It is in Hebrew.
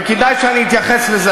וכדאי שאני אתייחס לזה,